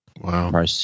Wow